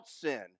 sin